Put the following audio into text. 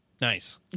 Nice